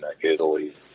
Italy